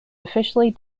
officially